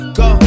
go